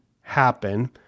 happen